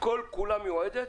שכולה מיועדת